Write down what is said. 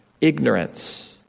ignorance